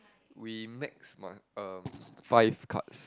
we max must uh five cards